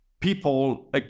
people